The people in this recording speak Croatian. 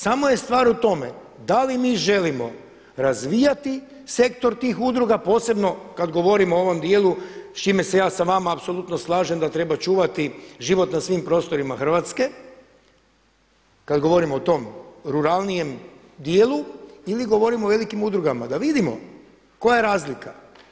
Samo je stvar u tome da li mi želimo razvijati sektor tih udruga posebno kada govorimo o ovom dijelu s čime se ja sa vama apsolutno slažem da treba čuvati život na svim prostorima Hrvatske, kada govorimo o tom ruralnijem dijelu ili govorimo o velikim udrugama, da vidimo koja je razlika.